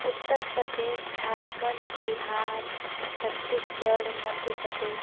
Uttar Pradesh Jharkhand Bihar Chhattisgarh Madhya Pradesh